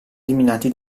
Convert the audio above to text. eliminati